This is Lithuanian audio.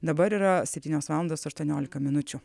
dabar yra septynios valandos aštuoniolika minučių